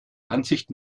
ansicht